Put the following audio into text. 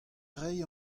ray